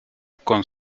con